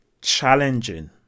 challenging